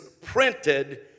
printed